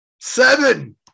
seven